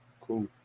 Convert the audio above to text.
Cool